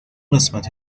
قسمت